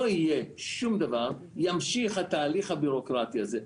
לא יהיה שום דבר, ימשיך התהליך הבירוקרטי הזה.